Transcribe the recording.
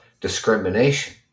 Discrimination